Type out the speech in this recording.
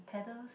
paddles